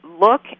look